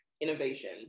innovation